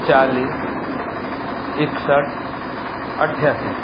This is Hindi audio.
चालीस इकसठ अठ्ठासी